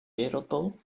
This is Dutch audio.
wereldbol